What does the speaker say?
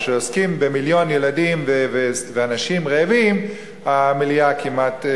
וכשעוסקים במיליון ילדים ובאנשים רעבים המליאה כמעט,